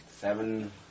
Seven